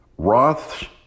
Roths